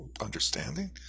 understanding